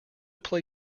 play